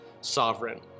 sovereign